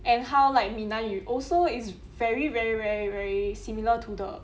and how like 闽南语 also is very very very very similar to the